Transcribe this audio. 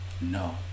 No